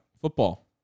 Football